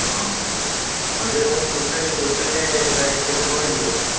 ହଁ ହଁ ଯେ ଭାଇ ଟୋଟାଲ୍ ଟୋଟାଲ୍ ପ୍ରାଇସ୍ କେତେ କ'ଣ ହେଇଯିବ